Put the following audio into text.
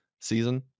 season